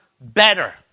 better